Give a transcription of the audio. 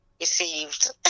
received